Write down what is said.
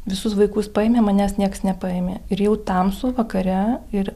visus vaikus paėmė manęs niekas nepaėmė ir jau tamsu vakare ir